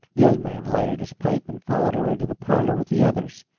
the old man lighted his pipe and followed her into the parlor with the others,